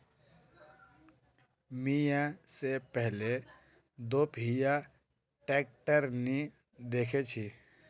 मी या से पहले दोपहिया ट्रैक्टर नी देखे छी